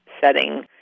setting